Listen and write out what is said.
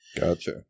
Gotcha